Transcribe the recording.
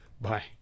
Bye